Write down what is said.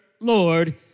Lord